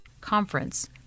conference